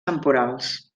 temporals